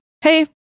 Hey